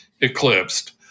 eclipsed